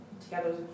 together